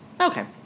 Okay